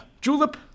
julep